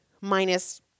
minus